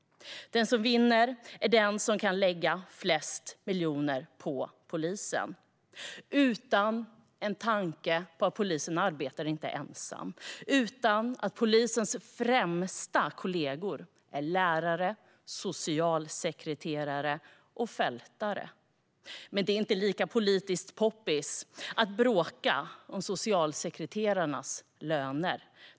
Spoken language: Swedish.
Den som vinner är den som kan lägga flest miljoner på polisen, utan en tanke på att polisen inte arbetar ensam eller en tanke på att polisers främsta kollegor är lärare, socialsekreterare och fältare. Men det är inte lika politiskt poppis att bråka om socialsekreterarnas löner.